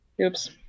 oops